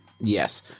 yes